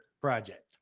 project